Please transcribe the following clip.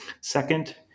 Second